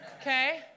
okay